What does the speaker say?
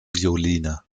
violine